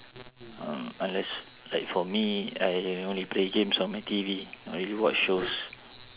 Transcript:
um unless like for me I only play games on my T_V or maybe watch shows